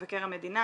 מבקר המדינה,